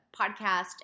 podcast